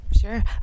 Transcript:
Sure